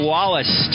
Wallace